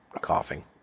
coughing